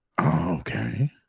okay